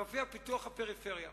מופיע: פיתוח הפריפריה.